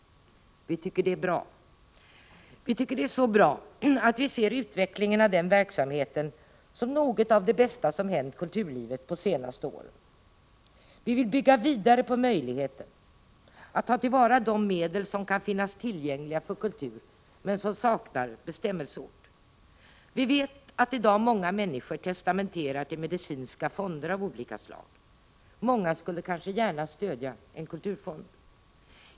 Vi tycker det är bra. Vi tycker det är så bra att vi ser utvecklingen av den verksamheten som något av det bästa som hänt kulturlivet de senaste åren. Vi vill bygga vidare på möjligheten att ta till vara de medel som kan finnas tillgängliga för kultur men som saknar bestämmelseort. Vi vet att i dag många människor testamenterar till medicinska fonder av olika slag. Många skulle kanske gärna stödja en kulturfond.